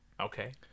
Okay